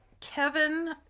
Kevin